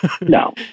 No